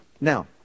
Now